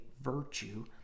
virtue